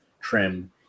trim